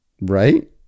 right